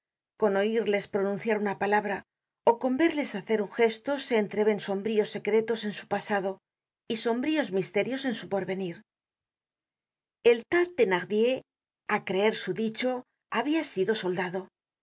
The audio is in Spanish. con oirles pronunciar una palabra ó con verles hacer un gesto se entreven sombríos secretos en su pasado y sombríos misterios en su porvenir el tal thenardier á creer su dicho habia sido soldado